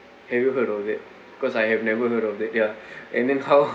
have you heard of it cause I have never heard of it ya and then how